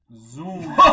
Zoom